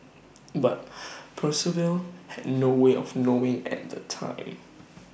but Percival had no way of knowing at the time